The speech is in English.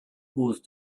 whose